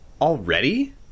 Already